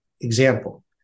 example